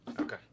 Okay